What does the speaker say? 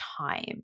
time